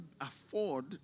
afford